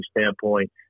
standpoint